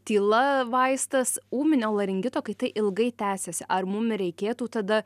tyla vaistas ūminio laringito kai tai ilgai tęsiasi ar mum reikėtų tada